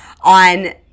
on